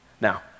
Now